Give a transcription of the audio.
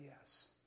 yes